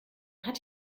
hat